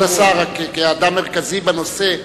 כבוד השר, רק כאדם מרכזי בנושא,